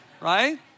right